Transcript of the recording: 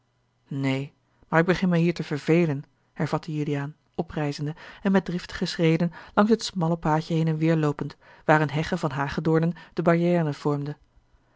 neen maar ik begin mij hier te vervelen hervatte juliaan oprijzende en met driftige schreden langs het smalle paadje heen en weêr loopend waar eene hegge van hagedoornen de barrière vormde